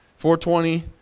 420